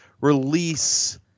release